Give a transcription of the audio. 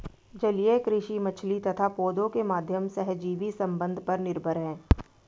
जलीय कृषि मछली तथा पौधों के माध्यम सहजीवी संबंध पर निर्भर है